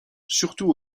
surtout